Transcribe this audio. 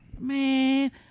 Man